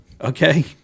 okay